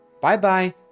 Bye-bye